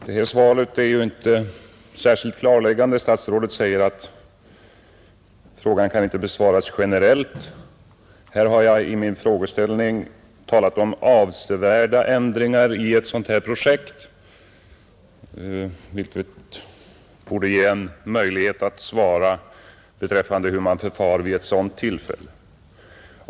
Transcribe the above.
Herr talman! Detta svar är inte särskilt klarläggande. Statsrådet säger att frågan inte kan besvaras generellt. Här har jag i min fråga talat om avsevärda ändringar i ett sådant här projekt, vilket borde ge en möjlighet att svara beträffande hur man förfar vid ett sådant tillfälle.